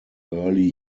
early